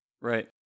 Right